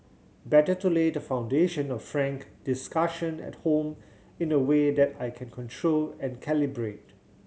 better to lay the foundation of frank discussion at home in a way that I can control and calibrate